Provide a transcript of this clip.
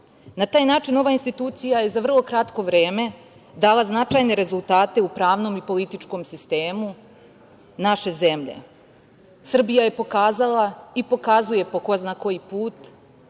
Na taj način ova institucija je za vrlo kratko vreme dala značajne rezultate u pravnom i političkom sistemu naše zemlje. Srbija je pokazala i pokazuje po ko zna koji put